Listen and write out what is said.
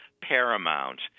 paramount